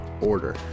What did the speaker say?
order